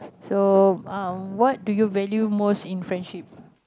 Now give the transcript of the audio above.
so um what do you value most in friendship